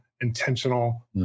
intentional